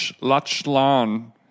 Lachlan